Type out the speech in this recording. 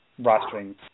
rostering